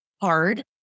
hard